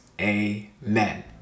Amen